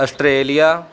Australia